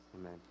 Amen